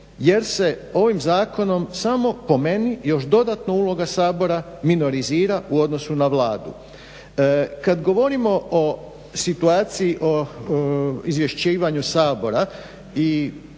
jer se ovim zakonom samo, po meni, još dodatno uloga Sabora minorizira u odnosu na Vladu. Kad govorimo o situaciji o izvješćivanju Sabora